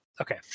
okay